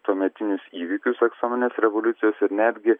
tuometinius įvykius aksominės revoliucijos ir netgi